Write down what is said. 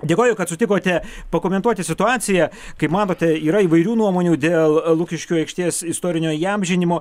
dėkoju kad sutikote pakomentuoti situaciją kaip matote yra įvairių nuomonių dėl lukiškių aikštės istorinio įamžinimo